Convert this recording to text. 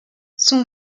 son